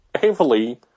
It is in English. heavily